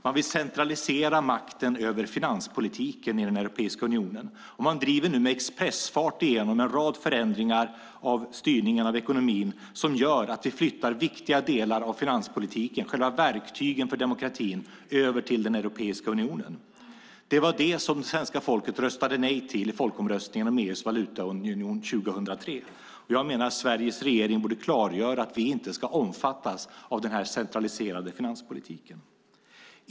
Man vill centralisera makten över finanspolitiken i Europeiska unionen, och man driver nu med expressfart igenom en rad förändringar av styrningen av ekonomin som gör att vi flyttar viktiga delar av finanspolitiken, själva verktygen för demokratin, över till Europeiska unionen. Det var det som svenska folket röstade nej till i folkomröstningen om EU:s valutaunion 2003. Jag menar att Sveriges regering borde klargöra att vi inte ska omfattas av denna centraliserade finanspolitik.